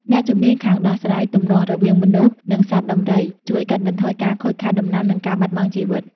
អ្នកជំនាញខាងដោះស្រាយទំនាស់រវាងមនុស្ស និងសត្វដំរី ជួយកាត់បន្ថយការខូចខាតដំណាំ និងការបាត់បង់ជីវិត។